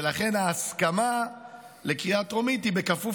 ולכן ההסכמה לקריאה טרומית היא בכפוף